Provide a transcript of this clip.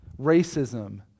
racism